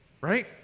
Right